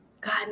God